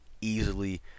easily